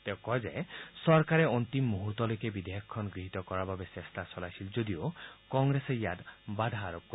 তেওঁ কয় যে চৰকাৰে অন্তিম মুহূৰ্তলৈকে বিধেয়কখন গৃহীত কৰাৰ বাবে চেষ্টা চলাইছিল যদিও কংগ্ৰেছে ইয়াত বাধা আৰোপ কৰে